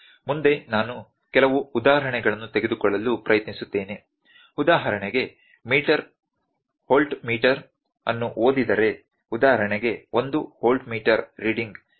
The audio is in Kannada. ಮುಂದೆ ನಾನು ಕೆಲವು ಉದಾಹರಣೆಗಳನ್ನು ತೆಗೆದುಕೊಳ್ಳಲು ಪ್ರಯತ್ನಿಸುತ್ತೇನೆ ಉದಾಹರಣೆಗೆ ಮೀಟರ್ ವೋಲ್ಟ್ಮೀಟರ್ ಅನ್ನು ಓದಿದರೆ ಉದಾಹರಣೆಗೆ 1 ವೋಲ್ಟ್ಮೀಟರ್ ರೀಡಿಂಗ್ 127